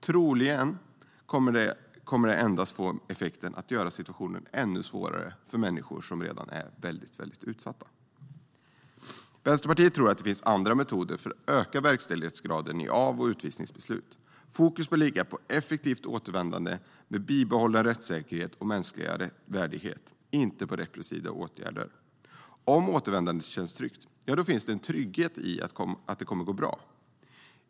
Troligen kommer det endast att få effekten att situationen blir ännu svårare för människor som redan är väldigt utsatta. Vänsterpartiet tror att det finns andra metoder för att öka verkställighetsgraden i av och utvisningsbeslut. Fokus bör ligga på effektivt återvändande med bibehållen rättssäkerhet och mänsklig värdighet, inte på repressiva åtgärder. Om återvändandet känns tryggt finns det en trygghet i att det kommer att gå bra.